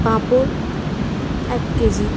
পাঁপড় এক কেজি